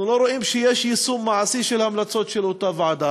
אנחנו לא רואים שיש יישום מעשי של ההמלצות האלה,